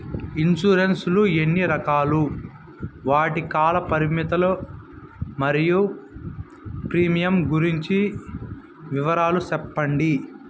Insurance లు ఎన్ని రకాలు? వాటి కాల పరిమితులు మరియు ప్రీమియం గురించి వివరాలు సెప్పండి?